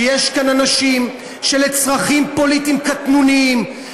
שיש כאן אנשים שלצרכים פוליטיים קטנוניים,